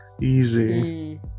easy